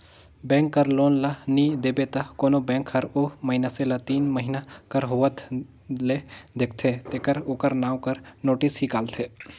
bank कर loan ल नी देबे त कोनो बेंक हर ओ मइनसे ल तीन महिना कर होवत ले देखथे तेकर ओकर नांव कर नोटिस हिंकालथे